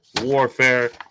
warfare